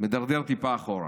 מידרדר טיפה אחורה.